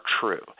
true